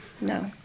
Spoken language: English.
No